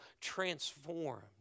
transformed